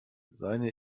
seine